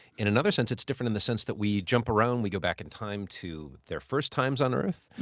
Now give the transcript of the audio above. in another sense, it's different in the sense that we jump around, we go back in time to their first times on earth.